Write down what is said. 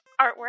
artwork